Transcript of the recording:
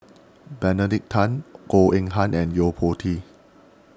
Benedict Tan Goh Eng Han and Yo Po Tee